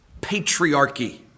patriarchy